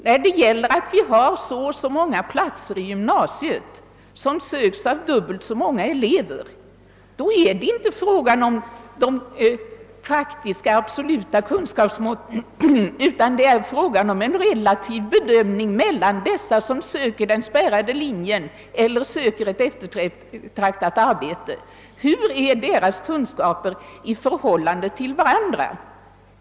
När det finns dubbelt så många sökande som platser i gymnasiet är det inte fråga om de praktiska, absoluta kunskapsmåtten utan om en relativ bedömning mellan dem som söker till den spärrade linjen eller som söker ett eftertraktat arbete. Hurudana kunskaper har de i förhållande till varandra?